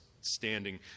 standing